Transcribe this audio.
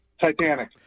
Titanic